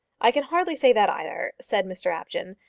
i can hardly say that either, said mr apjohn.